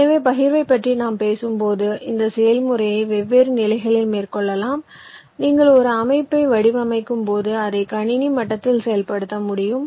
எனவே பகிர்வைப் பற்றி நாம் பேசும்போது இந்த செயல்முறையை வெவ்வேறு நிலைகளில் மேற்கொள்ளலாம் நீங்கள் ஒரு அமைப்பை வடிவமைக்கும்போது அதை கணினி மட்டத்தில் செயல்படுத்த முடியும்